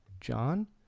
John